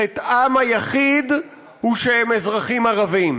חטאם היחיד הוא שהם אזרחים ערבים,